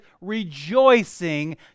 rejoicing